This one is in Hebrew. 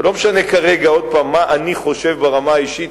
ולא משנה כרגע עוד פעם מה אני חושב ברמה האישית,